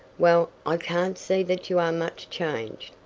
well, i can't see that you are much changed.